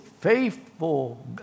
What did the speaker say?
faithful